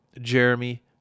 Jeremy